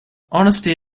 honesty